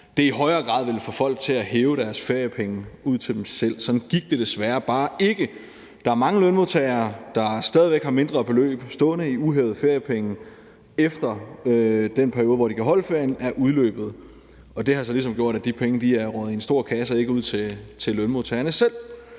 i højere grad ville få folk til at hæve deres feriepenge og få dem udbetalt til sig selv. Sådan gik det desværre bare ikke. Der er mange lønmodtagere, der er stadig væk har mindre beløb stående i uhævede feriepenge, efter at den periode, hvor de kan holde ferien, er udløbet. Det har så ligesom gjort, at de penge er røget i en stor kasse og ikke ud til lønmodtagerne selv.